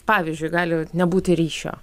pavyzdžiui gali nebūti ryšio